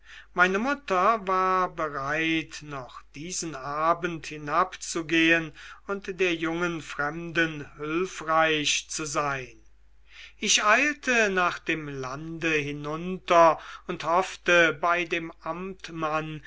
meine mutter war bereit noch diesen abend hinabzugehen und der jungen fremden hülfreich zu sein ich eilte nach dem lande hinunter und hoffte bei dem amtmann